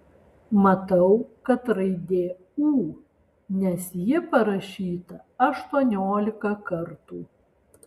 matau kad raidė ū nes ji parašyta aštuoniolika kartų